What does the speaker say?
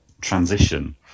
transition